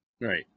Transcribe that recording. right